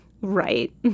right